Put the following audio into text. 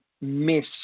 miss